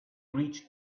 reached